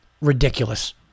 Ridiculous